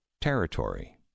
territory